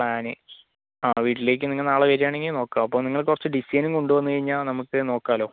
plan ആ വീട്ടിലേക്ക് നിങ്ങൾ നാളെ വരികയാണെങ്കിൽ നോക്കാം അപ്പോൾ നിങ്ങൾ കുറച്ച് ഡിസൈനും കൊണ്ടുവന്ന് കഴിഞ്ഞാൽ നമുക്ക് നോക്കാമല്ലോ